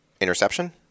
interception